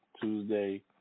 Tuesday